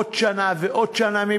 עוד שנה ועוד שנה,